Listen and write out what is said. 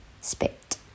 spit